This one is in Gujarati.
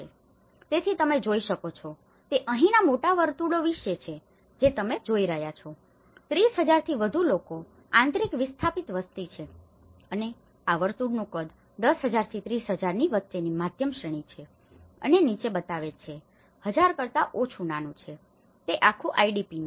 તેથી તમે જે જોઈ શકો છો તે અહીંના મોટા વર્તુળો વિશે છે જે તમે જોઈ રહ્યા છો તે છે 30000 થી વધુ લોકો આંતરિક વિસ્થાપિત વસ્તી છે અને આ વર્તુળનું કદ 10000 થી 30000 ની વચ્ચેની મધ્યમ શ્રેણી છે અને નીચે બતાવે છે 1000 કરતા ઓછું નાનું છે તે આખું આઇડીપી ની છે